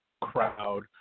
crowd